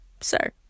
sir